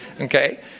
okay